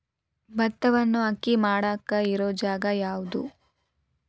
ಭತ್ತವನ್ನು ಅಕ್ಕಿ ಮಾಡಾಕ ಇರು ಜಾಗ ಯಾವುದು?